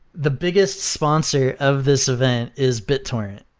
the biggest sponsor of this event is bittorrent,